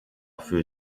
für